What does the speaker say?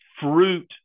fruit